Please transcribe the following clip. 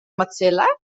mozilla